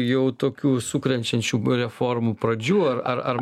jau tokių sukrečiančių reformų pradžių ar ar ar